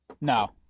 No